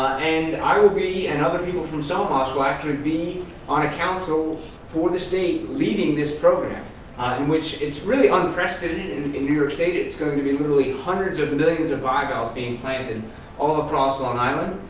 and i will be and other people from so somas will actually be on a council for the state leading this program in which it's really unprecedented and in new york state. it's going to be literally hundreds of millions of bivalves being planted all across long island